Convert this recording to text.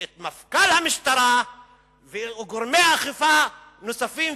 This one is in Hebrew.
את מפכ"ל המשטרה וגורמי אכיפה נוספים.